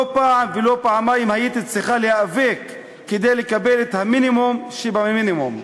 לא פעם ולא פעמיים הייתי צריכה להיאבק כדי לקבל את המינימום שבמינימום.